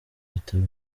bitaro